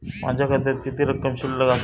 माझ्या खात्यात किती रक्कम शिल्लक आसा?